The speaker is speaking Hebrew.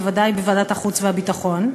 בוודאי בוועדת החוץ והביטחון,